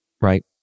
right